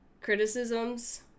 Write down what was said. criticisms